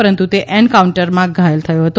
પરંતુ તે એન્કાઉન્ટરમાં ઘાયલ થયો હતો